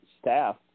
staff